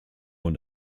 und